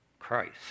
Christ